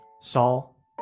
Saul